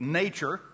nature